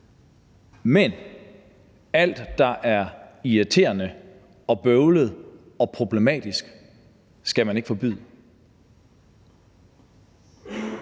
Men alt, der er irriterende og bøvlet og problematisk, skal man ikke forbyde.